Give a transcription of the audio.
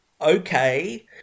okay